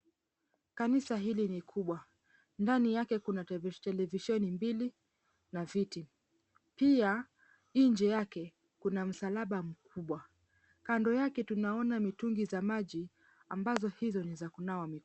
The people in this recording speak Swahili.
Kanisa hili ni kubwa, ndani yake kuna televisheni mbili na viti, pia nje yake kuna msalaba mkubwa, kando yake tunaona mitungi za maji ambazo hizo ni za kunawa mikono.